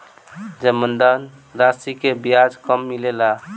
जमानद राशी के ब्याज कब मिले ला?